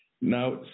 Now